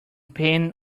pain